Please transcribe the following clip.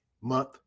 Month